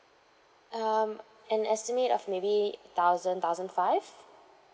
um an estimate of maybe thousand thousand five